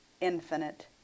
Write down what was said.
infinite